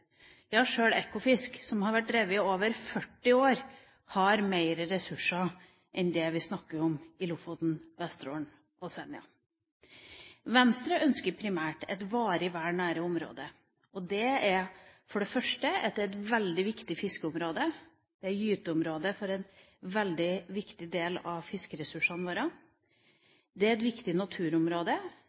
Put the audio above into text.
Ja, sjøl Ekofisk, som har vært drevet i over 40 år, har mer ressurser enn det vi snakker om i Lofoten, Vesterålen og Senja. Venstre ønsker primært et varig vern av området. Det er for det første fordi det er et veldig viktig fiskeområde, det er gyteområde for en veldig viktig del av fiskeressursene våre. Det er et viktig naturområde.